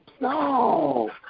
No